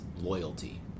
loyalty